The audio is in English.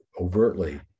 overtly